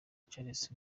charles